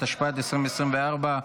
התשפ"ד 2024,